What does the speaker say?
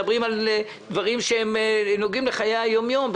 מדברים על דברים שנוגעים לחיי היום-יום,